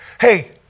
Hey